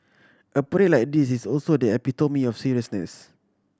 a parade like this is also the epitome of seriousness